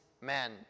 men